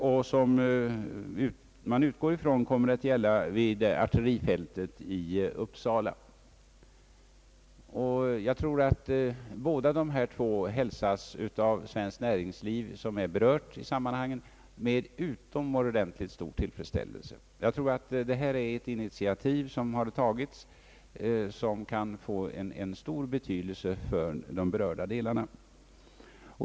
Jag utgår ifrån att det också kommer att gälla vid Artillerifältet i Uppsala, och jag tror att båda dessa hälsas med utomordentligt stor tillfredsställelse av svenskt näringsliv. Jag tror att detta är ett initiativ som kan få stor betydelse för de berörda delarna.